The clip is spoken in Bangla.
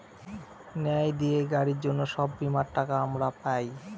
ন্যায় দিয়ে গাড়ির জন্য সব বীমার টাকা আমরা পাই